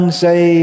say